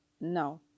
no